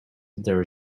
there